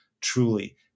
truly